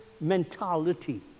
mentality